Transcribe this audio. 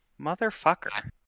Motherfucker